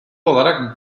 olarak